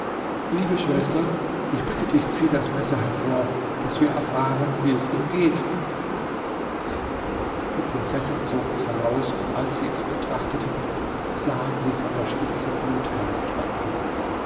liebe schwester ich bitte dich zieh das messer hervor auf daß wir erfahren wie es ihm ergeht die prinzessin zog es heraus und als sie es betrachteten sahen sie von der spitze